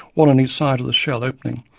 one on each side of the shell opening,